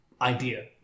idea